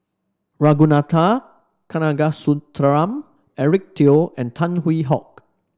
Ragunathar Kanagasuntheram Eric Teo and Tan Hwee Hock